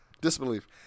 Disbelief